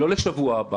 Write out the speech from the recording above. לא לשבוע הבא